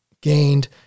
gained